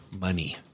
money